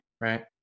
right